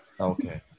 Okay